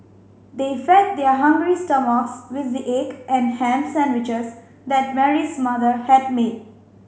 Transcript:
they fed their hungry stomachs with the egg and ham sandwiches that Mary's mother had made